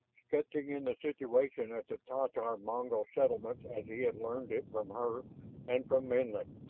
sketching in the situation at the tatar-mongol settlement as he had learned it from her and from menlik.